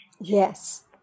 yes